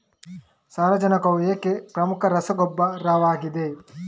ಸಾರಜನಕವು ಏಕೆ ಪ್ರಮುಖ ರಸಗೊಬ್ಬರವಾಗಿದೆ?